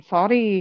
Sorry